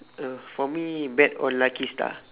uh for me bet on lucky star